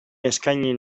eskaini